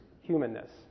humanness